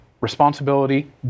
responsibility